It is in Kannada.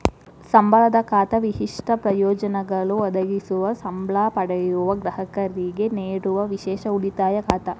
ಸಂಬಳದ ಖಾತಾ ವಿಶಿಷ್ಟ ಪ್ರಯೋಜನಗಳು ಒದಗಿಸುವ ಸಂಬ್ಳಾ ಪಡೆಯುವ ಗ್ರಾಹಕರಿಗೆ ನೇಡುವ ವಿಶೇಷ ಉಳಿತಾಯ ಖಾತಾ